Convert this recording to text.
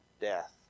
death